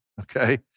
okay